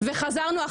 ואחר כך חזרנו.